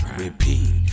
repeat